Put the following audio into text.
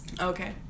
Okay